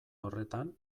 horretan